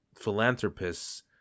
philanthropists